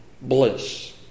bliss